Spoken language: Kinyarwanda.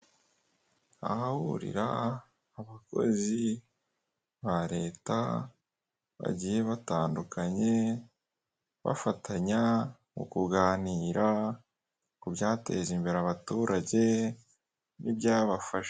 Ahahurira abakozi ba leta bagiye batandukanye, bafatanya mukuganira kubyateza imbere abaturage, n'ibyabafasha.